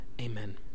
Amen